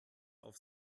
auf